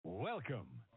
Welcome